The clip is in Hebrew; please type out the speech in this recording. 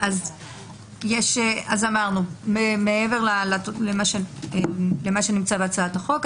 אמרנו מעבר למה שנמצא בהצעת החוק,